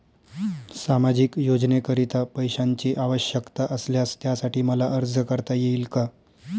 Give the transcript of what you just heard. सामाजिक योजनेकरीता पैशांची आवश्यकता असल्यास त्यासाठी मला अर्ज करता येईल का?